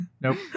Nope